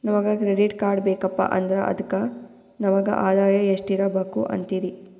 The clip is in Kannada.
ನಮಗ ಕ್ರೆಡಿಟ್ ಕಾರ್ಡ್ ಬೇಕಪ್ಪ ಅಂದ್ರ ಅದಕ್ಕ ನಮಗ ಆದಾಯ ಎಷ್ಟಿರಬಕು ಅಂತೀರಿ?